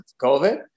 COVID